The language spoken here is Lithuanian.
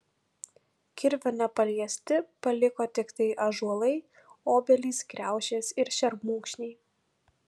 kirvio nepaliesti paliko tiktai ąžuolai obelys kriaušės ir šermukšniai